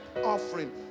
offering